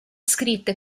scritte